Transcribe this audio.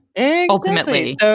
ultimately